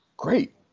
great